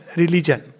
religion